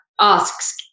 asks